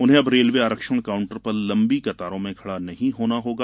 उन्हें अब रेलवे आरक्षण काउंटर पर लंबी कतारों में खड़ा नहीं होना पड़ेगा